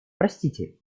простите